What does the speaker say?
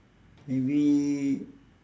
maybe